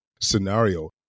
scenario